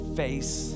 face